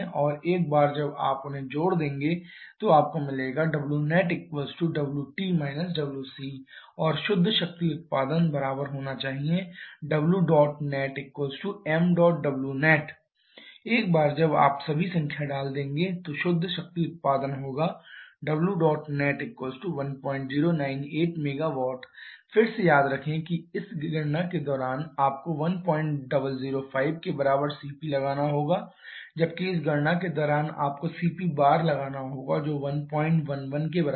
और एक बार जब आप उन्हें जोड़ देंगे wnetwt wc और शुद्ध शक्ति उत्पादन तो बराबर होना चाहिए ẇnetṁ wnet एक बार जब आप सभी संख्या डाल देंगे तो शुद्ध शक्ति उत्पादन होगा ẇnet1098MW फिर से याद रखें कि इस गणना के दौरान आपको 1005 के बराबर cp लगाना होगा जबकि इस गणना के दौरान आपको cp बार लगाना होगा जो 111 के बराबर